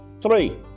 three